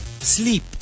sleep